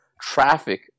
traffic